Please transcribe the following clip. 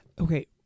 okay